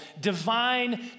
divine